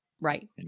Right